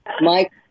Mike